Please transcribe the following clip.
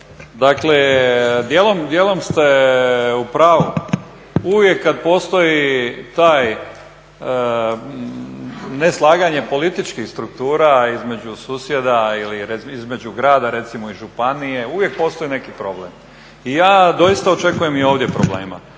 Dijelom ste upravu. Uvijek kada postoji to neslaganje političkih struktura između susjeda ili između grada recimo i županije uvijek postoji neki problem. I ja doista očekujem i ovdje problema.